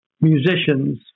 musicians